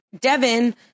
Devin